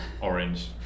orange